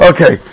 Okay